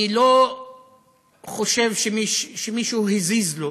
אני לא חושב שמישהו הזיז לו,